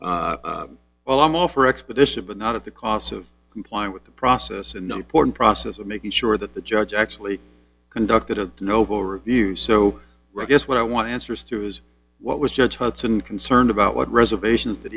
plea well i'm all for expedition but not of the costs of complying with the process and not porn process of making sure that the judge actually conducted a noble review so i guess what i want answers through is what was judge hudson concerned about what reservations that